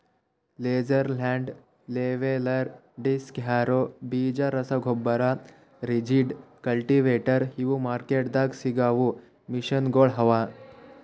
laser land leveller, disc harrow, ಬೀಜ ರಸಗೊಬ್ಬರ, rigid, cultivator ಇವು ಮಾರ್ಕೆಟ್ದಾಗ್ ಸಿಗವು ಮೆಷಿನಗೊಳ್ ಅವಾ